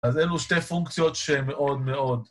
‫אז אלו שתי פונקציות שמאוד מאוד...